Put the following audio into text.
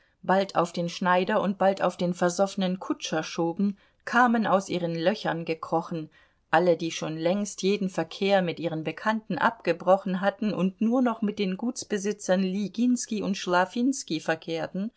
bald auf den schneider und bald auf den versoffenen kutscher schoben kamen aus ihren löchern gekrochen alle die schon längst jeden verkehr mit ihren bekannten abgebrochen hatten und nur noch mit den gutsbesitzern lieginskij und schlafinskij verkehrten